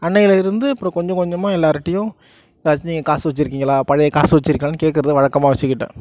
அன்றையிலிருந்து அப்புறம் கொஞ்சம் கொஞ்சமாக எல்லாருட்டேயும் ஃபஸ்ட்டு நீங்கள் காசு வச்சிருக்கீங்களா பழைய காசு வச்சிருக்கேளானு கேட்கறத வழக்கமாக வச்சிக்கிட்டேன்